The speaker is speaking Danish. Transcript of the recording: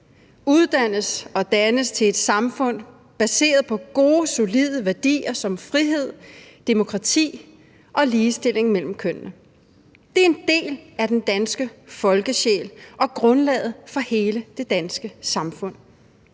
uddannes og dannes til et samfund baseret på gode, solide værdier som frihed, demokrati og ligestilling mellem kønnene. Det er en del af den danske folkesjæl og grundlaget for hele det danske samfund.